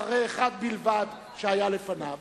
אחרי אחד בלבד שהיה לפניו,